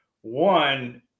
One